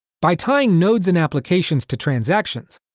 by tying nodes and applications to transactions,